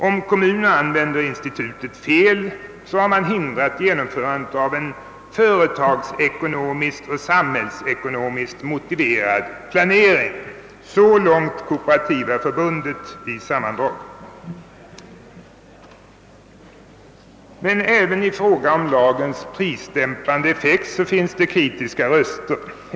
Om kommuner använder institutet fel, har man hindrat genomförandet av en företagsekonomiskt och samhällsekonomiskt motiverad planering. Så långt Kooperativa förbundets yttrande i sammandrag. Även i fråga om lagens prisdämpande effekt höjs kritiska röster.